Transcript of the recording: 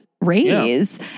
raise